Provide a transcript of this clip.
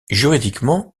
juridiquement